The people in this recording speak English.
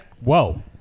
Whoa